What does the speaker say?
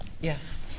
Yes